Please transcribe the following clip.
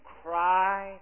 cry